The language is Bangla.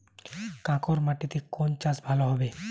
কাঁকর মাটিতে কোন চাষ ভালো হবে?